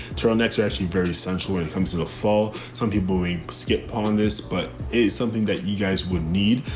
turtlenecks are actually very central when it comes to the fall. some people may skip on this, but it's something that you guys would need,